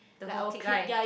the whole clique right